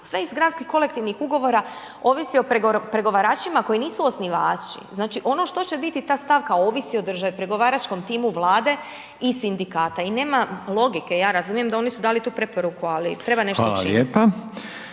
sve iz gradskih kolektivnih ugovora ovisi o pregovaračima koji nisu osnivači. Znači ono što će biti ta stavka ovisi o državi, pregovaračkom timu Vlade i sindikata i nema logike. Ja razumijem da oni su dali tu preporuku, ali treba nešto učiniti.